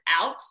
out